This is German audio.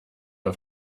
auf